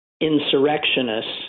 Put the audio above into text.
insurrectionists